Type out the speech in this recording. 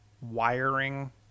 wiring